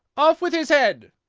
off with his head!